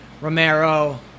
Romero